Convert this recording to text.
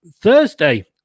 Thursday